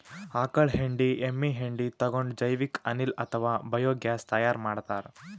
ಆಕಳ್ ಹೆಂಡಿ ಎಮ್ಮಿ ಹೆಂಡಿ ತಗೊಂಡ್ ಜೈವಿಕ್ ಅನಿಲ್ ಅಥವಾ ಬಯೋಗ್ಯಾಸ್ ತೈಯಾರ್ ಮಾಡ್ತಾರ್